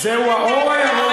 להגיד שזה לתת את האור הירוק.